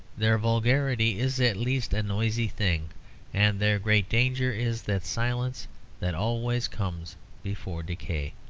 their vulgarity is at least a noisy thing and their great danger is that silence that always comes before decay.